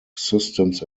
systems